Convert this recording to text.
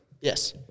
yes